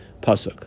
pasuk